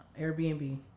Airbnb